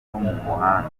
muhanda